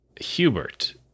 hubert